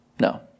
No